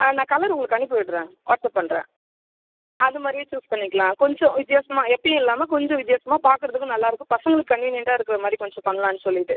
ஆ நான் கலர் உங்களுக்கு அனுப்பிவிடுறேன் வாட்ஸப் பண்ணுறேன் அதுமாதிரியே சூஸ் பண்ணிக்கலாம் கொஞ்சம் வித்தியாசமாக எப்பையும் இல்லாமல் கொஞ்சம் வித்தியாசமாக பார்க்கறதுக்கும் நல்லாயிருக்கும் பசங்களுக்கு கன்வினியன்ட்டாக இருக்கிற மாதிரி கொஞ்சம் பண்ணலான்னு சொல்லிவிட்டு